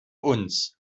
uns